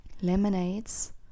Lemonades